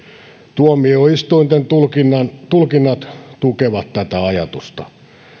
tuomioistuinten tulkinnat tulkinnat tukevat tätä ajatusta